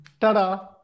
Ta-da